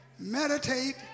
Meditate